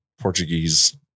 Portuguese